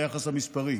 היחס המספרי.